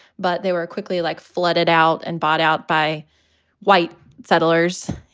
but they were quickly like flooded out and bought out by white settlers.